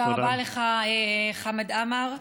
תודה רבה לך, חמד עמאר.